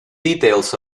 details